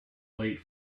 late